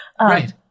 Right